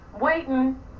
waiting